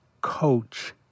Coach